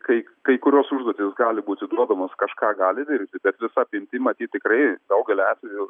kai kai kurios užduotys gali būti duodamos kažką gali dirbti bet visa apimtim matyt tikrai daugeliu atvejų